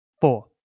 Four